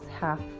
half